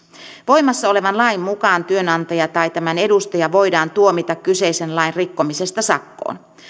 voimassa olevan lain mukaan työnantaja tai tämän edustaja voidaan tuomita kyseisen lain rikkomisesta sakkoon